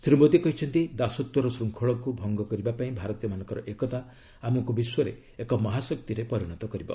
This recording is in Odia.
ଶ୍ରୀ ମୋଦୀ କହିଛନ୍ତି ଦାଶତ୍ୱର ଶୃଙ୍ଖଳକୁ ଭଙ୍ଗ କରିବା ପାଇଁ ଭାରତୀୟମାନଙ୍କ ଏକତା ଆମକୁ ବିଶ୍ୱରେ ଏକ ମହାଶକ୍ତିରେ ପରିଣତ କରିବ